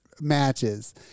matches